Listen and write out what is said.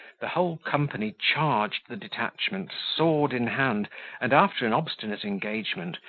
the whole company charged the detachment sword in hand and, after an obstinate engagement,